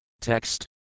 text